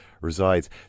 resides